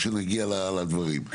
כשנגיע לדברים.